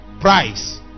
price